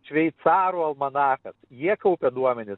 šveicarų almanachas jie kaupia duomenis